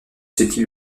situe